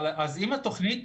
אז אם התוכנית,